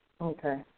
Okay